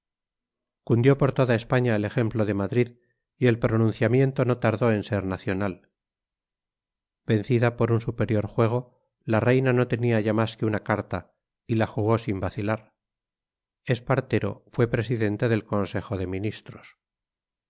cundió por toda españa el ejemplo de madrid y el pronunciamiento no tardó en ser nacional vencida por un superior juego la reina no tenía ya más que una carta y la jugó sin vacilar espartero fue presidente del consejo de ministros